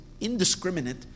indiscriminate